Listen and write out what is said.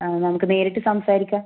ആ നമ്മൾക്ക് നേരിട്ട് സംസാരിക്കാം